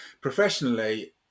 professionally